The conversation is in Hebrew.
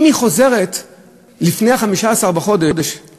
אם היא חוזרת לפני 15 בחודש,